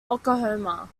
oklahoma